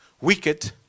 wicked